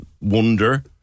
wonder